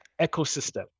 ecosystem